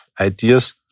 ideas